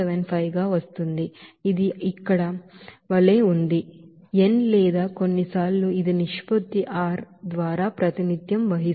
75 గా వస్తోంది ఇది ఇక్కడ వలె ఉంది ఎన్ లేదా కొన్నిసార్లు ఇది నిష్పత్తిగా r ద్వారా ప్రాతినిధ్యం వహిస్తుంది